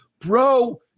bro